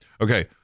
Okay